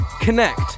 connect